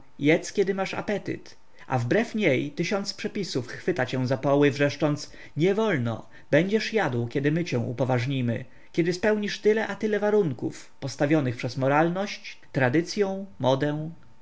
jedz kiedy masz apetyt a wbrew niej tysiąc przepisów chwyta cię za poły wrzeszcząc niewolno będziesz jadł kiedy my cię upoważnimy kiedy spełnisz tyle a tyle warunków postawionych przez moralność tradycyą modę